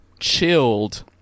chilled